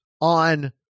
on